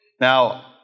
Now